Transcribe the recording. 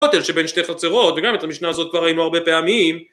כותל שבין שתי חצרות וגם את המשנה הזאת כבר ראינו הרבה פעמים